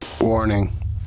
warning